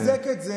במקום לחזק את זה,